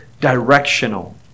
directional